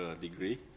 degree